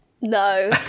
No